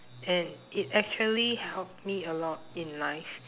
and it actually helped me a lot in life